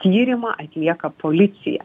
tyrimą atlieka policija